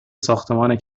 ساختمان